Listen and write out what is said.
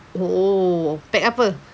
oh pack apa